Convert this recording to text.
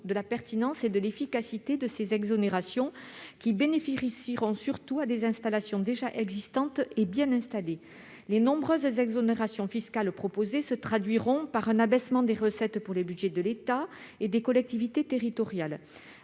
de la pertinence et de l'efficacité de ces exonérations, qui bénéficieront surtout à des installations déjà existantes et fonctionnant bien. Les nombreuses exonérations fiscales proposées se traduiront de surcroît par un abaissement des recettes pour le budget de l'État et des collectivités territoriales.